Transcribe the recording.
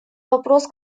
вопрос